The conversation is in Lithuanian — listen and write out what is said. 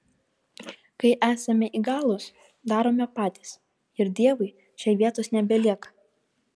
kai esame įgalūs darome patys ir dievui čia vietos nebelieka